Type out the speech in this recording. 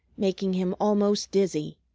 making him almost dizzy.